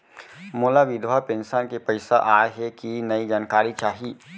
मोला विधवा पेंशन के पइसा आय हे कि नई जानकारी चाही?